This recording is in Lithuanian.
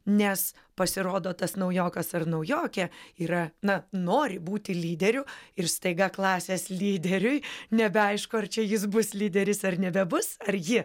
nes pasirodo tas naujokas ar naujokė yra na nori būti lyderiu ir staiga klasės lyderiui nebeaišku ar čia jis bus lyderis ar nebebus ar ji